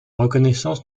reconnaissance